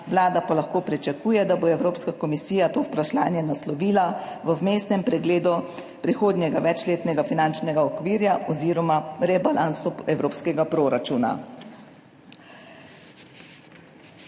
Vlada pa lahko pričakuje, da bo Evropska komisija to vprašanje naslovila v vmesnem pregledu prihodnjega večletnega finančnega okvirja oziroma rebalansu evropskega proračuna.